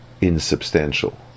insubstantial